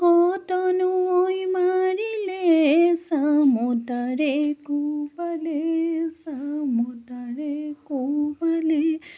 কত নো ঐ মাৰিলে চামতাৰে কোবালে চামতাৰে কোবালে